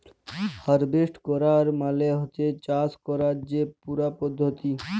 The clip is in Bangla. হারভেস্ট ক্যরা মালে হছে চাষ ক্যরার যে পুরা পদ্ধতি